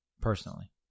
Personally